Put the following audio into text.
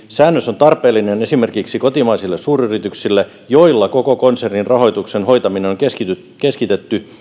säännös on tarpeellinen esimerkiksi kotimaisille suuryrityksille joilla koko konsernin rahoituksen hoitaminen on keskitetty keskitetty